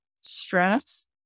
stress